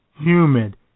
humid